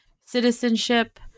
citizenship